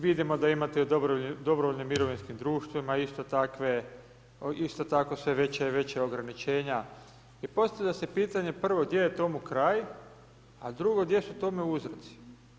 Vidimo da imate u dobrovoljnim mirovinskim društvima isto tako sve veća i veća ograničenja i postavlja se pitanje, prvo, gdje je tomu kraj, a drugo gdje su tome uzroci?